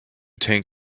tank